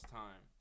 time